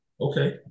Okay